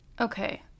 Okay